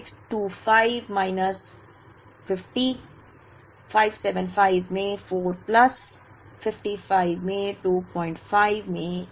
तो 625 माइनस 50 575 में 4 प्लस 55 में 25 में 8 है